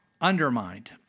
undermined